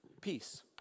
peace